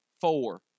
four